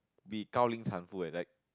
be 高临产妇: gao lin chan fu like that